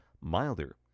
milder